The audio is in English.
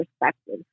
perspective